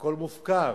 הכול מופקר,